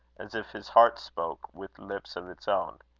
as if his heart spoke with lips of its own.